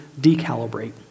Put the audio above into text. decalibrate